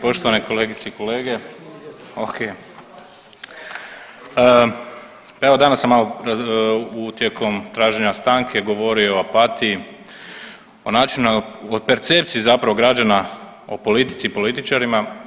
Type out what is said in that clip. Poštovane kolegice i kolege, ok, evo danas sam malo tijekom traženja stanke govorio o apatiji, o načinu na, o percepciji zapravo građana o politici i političarima.